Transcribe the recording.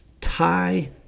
tie